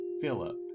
Philip